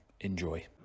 Enjoy